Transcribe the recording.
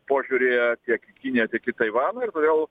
požiūryje tiek į kiniją tiek į taivaną ir todėl